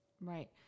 Right